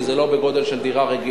כי זה לא בגודל של דירה רגילה.